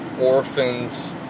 orphans